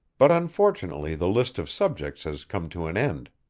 but unfortunately the list of subjects has come to an end.